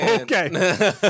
Okay